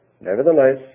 nevertheless